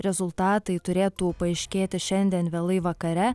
rezultatai turėtų paaiškėti šiandien vėlai vakare